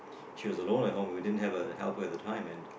she was alone at home and we didn't have a helper at that time and